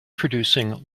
producing